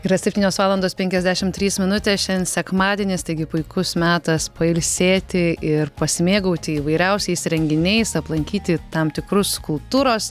yra septynios valandos penkiasdešimt trys minutės šiandien sekmadienis taigi puikus metas pailsėti ir pasimėgauti įvairiausiais renginiais aplankyti tam tikrus kultūros